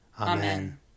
Amen